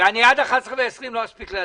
ואני עד 11:20 לא אספיק להצביע.